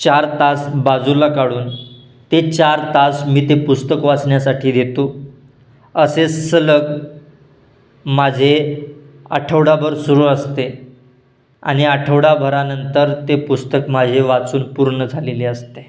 चार तास बाजूला काढून ते चार तास मी ते पुस्तक वाचण्यासाठी देतो असे सलग माझे आठवडाभर सुरू असते आणि आठवडाभरानंतर ते पुस्तक माझे वाचून पूर्ण झालेले असते